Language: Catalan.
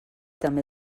també